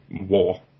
war